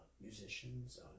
musicians